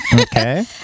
Okay